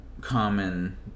common